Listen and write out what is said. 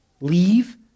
Leave